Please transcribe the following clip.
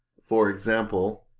for example,